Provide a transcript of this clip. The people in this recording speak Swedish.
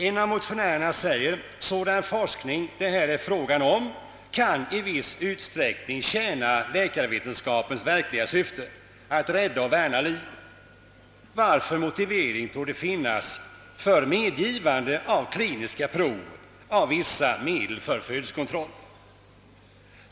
En av dem säger: Sådan forskning det här är fråga om kan i viss utsträckning tjäna läkarvetenskapens verkliga syfte, att rädda och värna liv, varför motivering torde finnas för medgivande av kliniska prov av vissa medel för födelsekontroll.